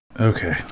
Okay